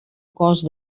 cos